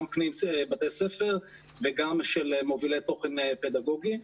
--- בתי ספר וגם של מובילי תוכן פדגוגי,